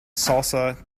salsa